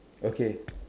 okay